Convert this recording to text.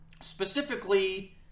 specifically